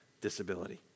disability